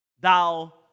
thou